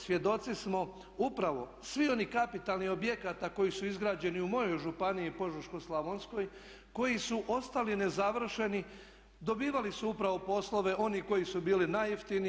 Svjedoci smo upravo svih onih kapitalnih objekata koji su izgrađeni u mojoj županiji Požeško-slavonskoj koji su ostali nezavršeni, dobivali su upravo poslove oni koji su bili najjeftiniji.